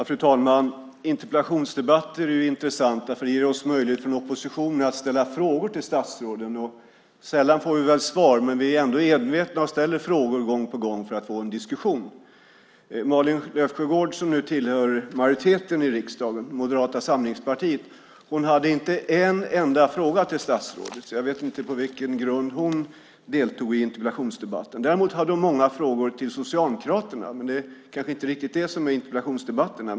Fru talman! Interpellationsdebatter är intressanta. De ger oss i oppositionen möjlighet att ställa frågor till statsråden. Sällan får vi väl svar, men vi är ändå envetna och ställer frågor gång på gång för att få en diskussion. Malin Löfsjögård, som tillhör majoriteten i riksdagen och Moderata samlingspartiet, ställde inte en enda fråga till statsrådet. Jag vet inte på vilken grund hon deltar i interpellationsdebatten. Däremot ställde hon många frågor till Socialdemokraterna, men det är kanske inte riktigt det som är meningen med interpellationsdebatterna.